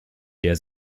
der